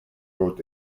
wrote